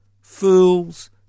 Fools